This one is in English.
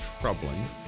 troubling